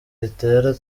reta